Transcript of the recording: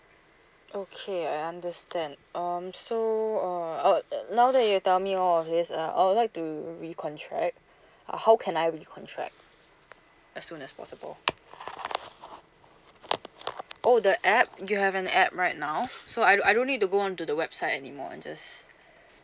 okay I understand um so uh uh now that you tell me all of this uh I would like to recontract how can I recontract as soon as possible oh the app you have an app right now so I I don't need to go on to the website anymore and just